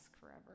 forever